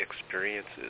experiences